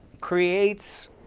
creates